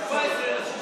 הסתייגות מס'